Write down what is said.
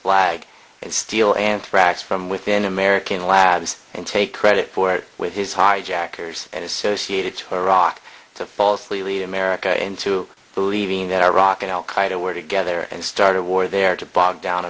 flag and steal anthrax from within american labs and take credit for it with his hijackers and associated to iraq to falsely lead america into believing that iraq and al qaeda were together and started a war there to bog down